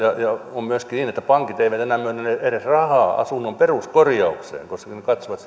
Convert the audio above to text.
on myöskin niin että pankit eivät enää myönnä edes rahaa asunnon peruskorjaukseen koska ne katsovat